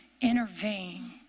Intervene